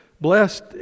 blessed